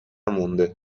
مونده